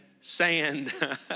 sand